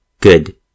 good